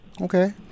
Okay